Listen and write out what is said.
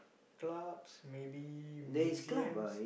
clubs maybe museums